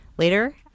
Later